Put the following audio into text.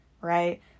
right